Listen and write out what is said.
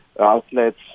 outlets